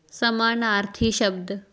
ਸਮਾਨਾਰਥੀ ਸ਼ਬਦ